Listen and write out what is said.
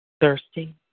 thirsty